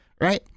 right